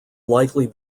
likely